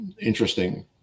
interesting